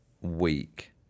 week